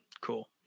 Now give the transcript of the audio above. Cool